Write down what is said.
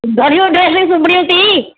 घणियूं ड्रैसियूं सिबणियूं थी